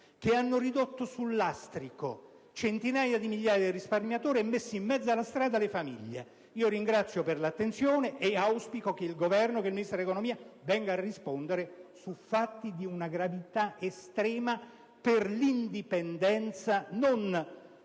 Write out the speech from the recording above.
che hanno ridotto sul lastrico centinaia di migliaia di risparmiatori e messo in mezzo alla strada le famiglie. Ringrazio per l'attenzione e auspico che il Governo, nella persona del Ministro dell'economia e delle finanze, venga a rispondere su fatti di una gravità estrema: non per l'indipendenza di queste